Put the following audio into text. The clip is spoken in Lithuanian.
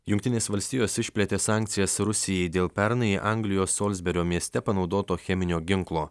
jungtinės valstijos išplėtė sankcijas rusijai dėl pernai anglijos solsberio mieste panaudoto cheminio ginklo